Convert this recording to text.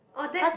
oh that